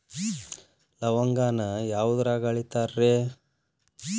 ಲವಂಗಾನ ಯಾವುದ್ರಾಗ ಅಳಿತಾರ್ ರೇ?